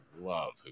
love